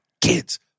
kids